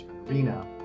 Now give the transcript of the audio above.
arena